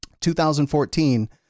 2014